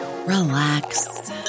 Relax